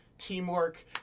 Teamwork